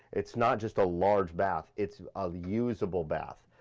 it's not just a large bath, it's all-usable bath.